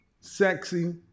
sexy